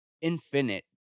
infinite